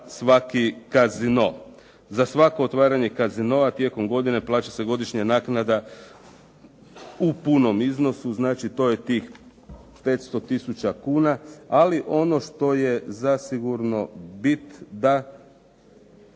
svaki casino. Za svako otvaranje casinoa tijekom godine plaća se godišnja naknada u punom iznosu, znači to je tih 500 tisuća kuna, ali ono što je zasigurno bit da